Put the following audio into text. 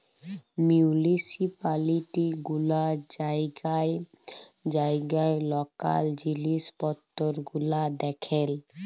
municipality গুলা জাইগায় জাইগায় লকাল জিলিস পত্তর গুলা দ্যাখেল